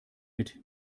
mit